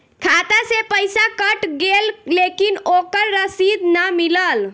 खाता से पइसा कट गेलऽ लेकिन ओकर रशिद न मिलल?